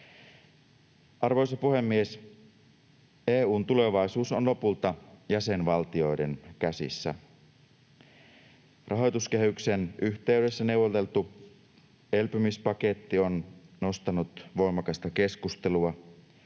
Arvoisa puhemies! EU:n tulevaisuus on lopulta jäsenvaltioiden käsissä. Rahoituskehyksen yhteydessä neuvoteltu elpymispaketti on nostanut voimakasta keskustelua.